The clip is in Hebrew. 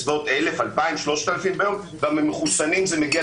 בסביבות 1,000 2,000 3,000 ביום ובמחוסנים זה מגיע